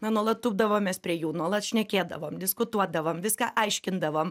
na nuolat tūpdavomės prie jų nuolat šnekėdavom diskutuodavom viską aiškindavom